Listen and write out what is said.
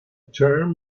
term